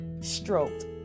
stroked